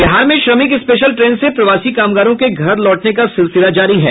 बिहार में श्रमिक special train से प्रवासी कामगारों के घर लौटने का सिलसिला जारी है